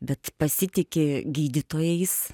bet pasitiki gydytojais